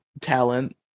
talent